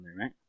right